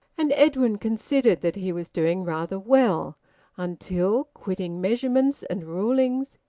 and edwin considered that he was doing rather well until, quitting measurements and rulings,